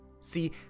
See